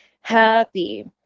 happy